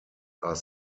are